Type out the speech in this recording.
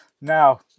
Now